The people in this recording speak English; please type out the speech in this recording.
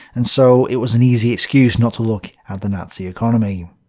and so it was an easy excuse not to look at the nazi economy.